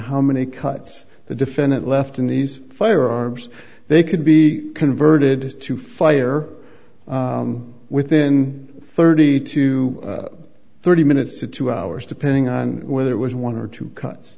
how many cuts the defendant left in these firearms they could be converted to fire within thirty to thirty minutes to two hours depending on whether it was one or two cuts